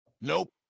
Nope